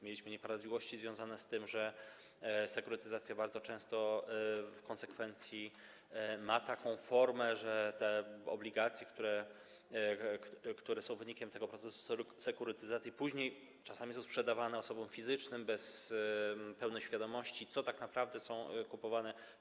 Mieliśmy nieprawidłowości związane z tym, że sekurytyzacja bardzo często w konsekwencji ma taką formę, że obligacje, które są wynikiem tego procesu sekurytyzacji, później są czasami sprzedawane osobom fizycznym bez pełnej świadomości, co tak naprawdę jest kupowane.